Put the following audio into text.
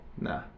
Nah